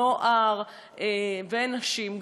נוער ונשים.